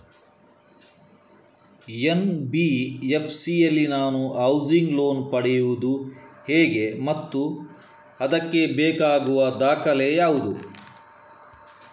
NBFC ಯಲ್ಲಿ ನಾನು housing loan ಪಡೆಯುದು ಹೇಗೆ ಮತ್ತು ಅದಕ್ಕೆ ಬೇಕಾಗುವ ದಾಖಲೆ ಯಾವುದು?